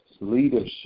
leadership